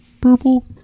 purple